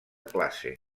classe